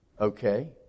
okay